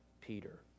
Peter